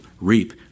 reap